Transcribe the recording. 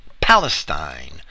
Palestine